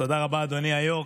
תודה רבה, אדוני היו"ר.